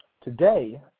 today